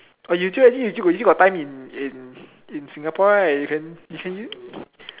or you still you still got time in in in Singapore right can can you